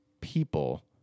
people